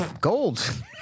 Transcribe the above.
gold